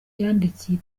yandikiye